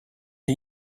are